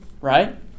right